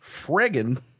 Friggin